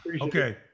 okay